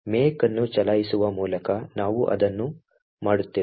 make ಅನ್ನು ಚಲಾಯಿಸುವ ಮೂಲಕ ನಾವು ಅದನ್ನು ಮಾಡುತ್ತೇವೆ